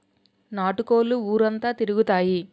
నాటు కోళ్లు ఊరంతా తిరుగుతాయి